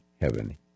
heaven